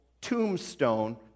tombstone